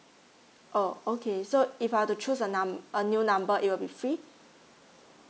oh okay so if I were to choose a numb~ a new number it will be free